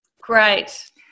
great